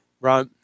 Right